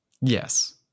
yes